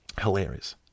Hilarious